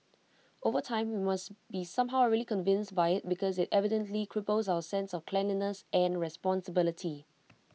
over time we must be somehow really convinced by IT because IT evidently cripples our sense of cleanliness and responsibility